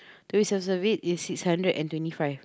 two weeks of service is six hundred and twenty five